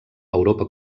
europa